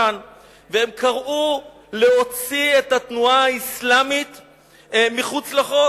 וקראו להוציא את התנועה האסלאמית אל מחוץ לחוק,